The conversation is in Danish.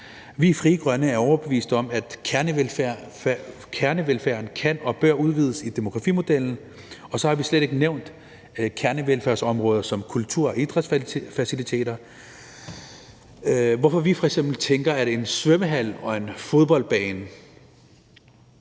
Vi i Frie Grønne er overbeviste om, at kernevelfærden kan og bør udvides i demografimodellen, og så har vi slet ikke nævnt kernevelfærdsområder som kultur og idrætsfaciliteter, altså hvorfor vi f.eks. tænker, at en svømmehal og en fodboldbane